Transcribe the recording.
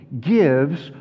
gives